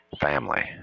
family